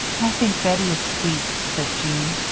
i think bettie is sweet, said jean.